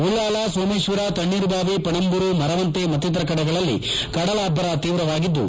ಉಳ್ಳಾಲ ಸೋಮೇಶ್ವರ ತಣ್ಣೀರುಬಾವಿ ಪಣಂಬೂರು ಮರವಂತೆ ಮತ್ತಿತರ ಕಡೆಗಳಲ್ಲಿ ಕಡಲ ಅಭ್ಲರ ತೀವ್ರವಾಗಿದ್ದು